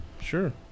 sure